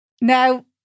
Now